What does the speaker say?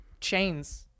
chains